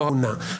לא הגונה.